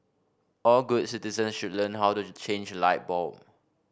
all good citizens should learn how to change a light bulb